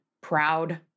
proud